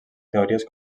teories